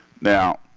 Now